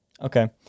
Okay